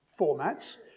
formats